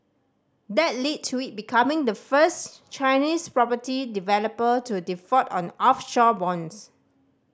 that lead to it becoming the first Chinese property developer to default on offshore bonds